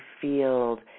field